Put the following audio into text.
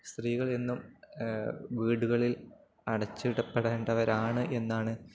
സ്ത്രീകളെന്നും വീടുകളിൽ അടച്ചിടപ്പെടേണ്ടവരാണ് എന്നാണ്